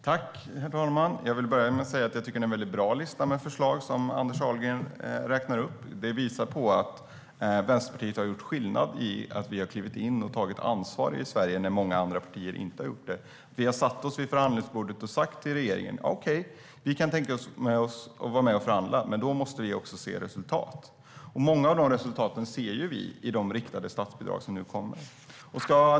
Herr talman! Det är en bra lista med förslag som Anders Ahlgren räknar upp. Den visar att Vänsterpartiet har gjort skillnad. Vi har klivit in och tagit ansvar när många andra partier i Sverige inte har gjort det. Vi har satt oss vid förhandlingsbordet och sagt till regeringen: Okej vi kan tänka oss att vara med och förhandla, men då måste vi också se resultat. Många av de resultaten ser vi i de riktade statsbidrag som kommer nu.